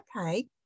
okay